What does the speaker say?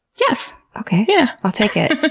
yes! okay, yeah i'll take it. but